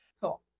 cool